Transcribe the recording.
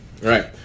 Right